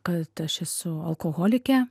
kad aš esu alkoholikė